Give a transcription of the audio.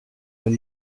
were